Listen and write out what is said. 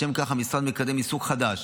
לשם כך המשרד מקדם עיסוק חדש: